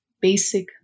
basic